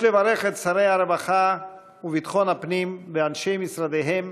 יש לברך את שרי הרווחה וביטחון הפנים ואנשי משרדיהם,